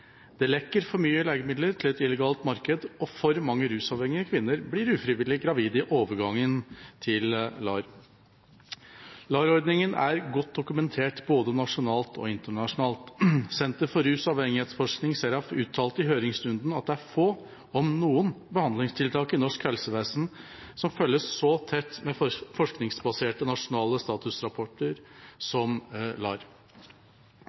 Det lekker for mye legemidler til et illegalt marked, og for mange rusavhengige kvinner blir ufrivillig gravide i overgangen til LAR. LAR-ordningen er godt dokumentert både nasjonalt og internasjonalt. Senter for rus- og avhengighetsforskning, SERAF, uttalte i høringsrunden at det er få, om noen, behandlingstiltak i norsk helsevesen som følges så tett med forskningsbaserte nasjonale statusrapporter som LAR.